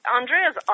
andrea's